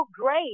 great